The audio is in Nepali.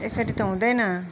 यसरी त हुँदैन